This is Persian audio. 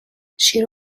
شیر